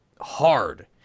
hard